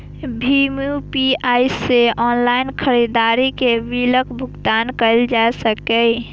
भीम UPI सं online खरीदारी के बिलक भुगतान कैल जा सकैए